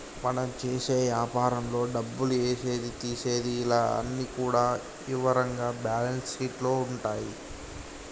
మనం చేసే యాపారంలో డబ్బులు ఏసేది తీసేది ఇలా అన్ని కూడా ఇవరంగా బ్యేలన్స్ షీట్ లో ఉంటాయి